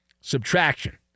subtraction